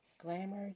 glamour